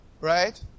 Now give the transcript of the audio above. right